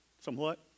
Somewhat